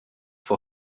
vor